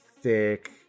thick